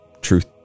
Truth